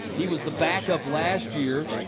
he was the backup last year.